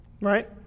right